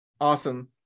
awesome